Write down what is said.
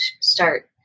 start